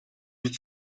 with